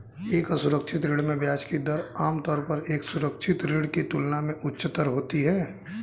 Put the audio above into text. एक असुरक्षित ऋण में ब्याज की दर आमतौर पर एक सुरक्षित ऋण की तुलना में उच्चतर होती है?